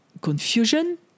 confusion